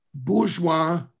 bourgeois